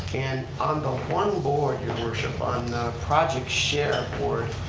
and on the one board, your worship, on project share board,